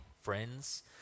friends